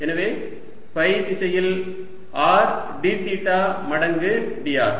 எனவே ஃபை திசையில் r d theta மடங்கு dr